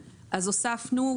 הוספנו.